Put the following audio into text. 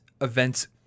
events